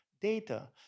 data